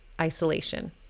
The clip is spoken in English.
isolation